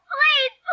Please